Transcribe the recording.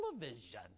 television